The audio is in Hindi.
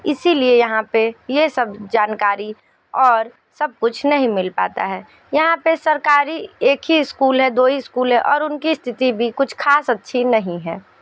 इसी लिए यहाँ पर ये सब जानकारी और सब कुछ नहीं मिल पाता है यहाँ पर सरकारी एक ही इस्कूल है दो ही इस्कूल है और उन की स्थिति भी कुछ ख़ास अच्छी नहीं है